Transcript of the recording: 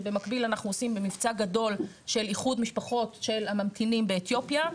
שבמקביל אנחנו עושים במבצע גדול של איחוד משפחות של הממתינים באתיופיה,